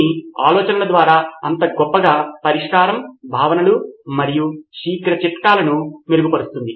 నితిన్ కురియన్ కాబట్టి మనం పాఠశాలలను రెండు వర్గాలుగా వర్గీకరించాల్సి ఉంటుంది ఇక్కడ నోట్స్ భాగస్వామ్యం కోసం మౌలిక సదుపాయాలు ఒకరకమైన సాంకేతికతను అనుమతిస్తుంది